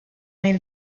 nel